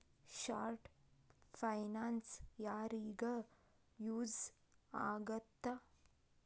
short finance ಯಾರಿಗ use ಆಗತ್ತಾ